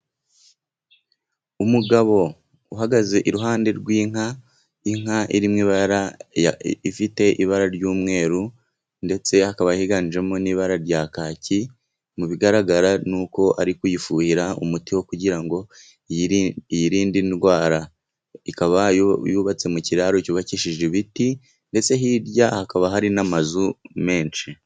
Umugabo uhagaze iruhande rw'inka. Inka iri mu iba ifite ibara ry'umweru, ndetse akaba yiganjemo n'ibara rya kaki. Mu bigaragara nuko ari kuyifuhira umuti wo kugira ngo yirinde indwara, ikaba yubatse mu kiraro cyubakishije ibiti, ndetse hirya hakaba hari n'amazu menshi.